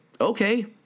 okay